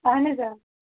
اَہَن حظ آ